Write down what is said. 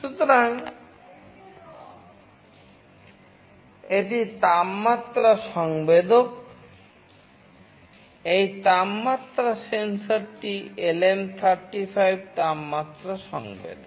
সুতরাং এটি তাপমাত্রা সংবেদক এই তাপমাত্রা সেন্সরটি LM35 তাপমাত্রা সংবেদক